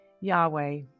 Yahweh